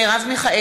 נגד מרב מיכאלי,